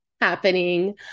happening